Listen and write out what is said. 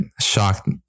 shocked